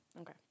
Okay